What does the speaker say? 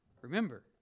Remember